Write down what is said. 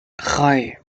drei